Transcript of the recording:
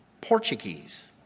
Portuguese